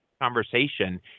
conversation